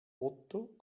otto